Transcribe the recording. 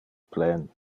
plen